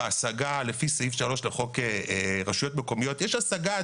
לפי סעיף 3 לחוק רשויות מקומיות יש השגה.